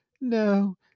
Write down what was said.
no